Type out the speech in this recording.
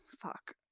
fuck